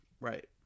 Right